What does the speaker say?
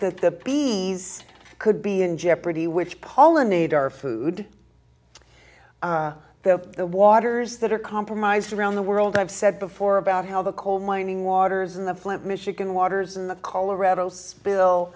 that the p s could be in jeopardy which pollinate our food the the waters that are compromised around the world i've said before about how the coal mining waters in the flint michigan waters in the colorado spill